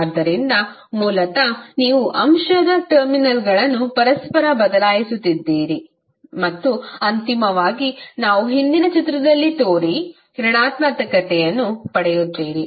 ಆದ್ದರಿಂದ ಮೂಲತಃ ನೀವು ಅಂಶದ ಟರ್ಮಿನಲ್ಗಳನ್ನು ಪರಸ್ಪರ ಬದಲಾಯಿಸುತ್ತಿದ್ದೀರಿ ಮತ್ತು ಅಂತಿಮವಾಗಿ ನಾವು ಹಿಂದಿನ ಚಿತ್ರದಲ್ಲಿ ತೋರಿ ಋಣಾತ್ಮಕತೆ ಯನ್ನು ಪಡೆಯುತ್ತೀರಿ